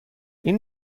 این